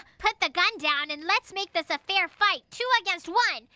put the gun down, and let's make this a fair fight! two against one!